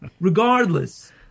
Regardless